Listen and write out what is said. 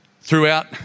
throughout